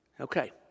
Okay